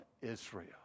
Israel